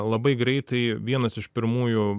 labai greitai vienas iš pirmųjų